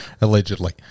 Allegedly